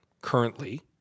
currently